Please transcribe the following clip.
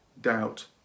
doubt